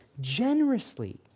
generously